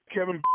Kevin